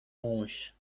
manche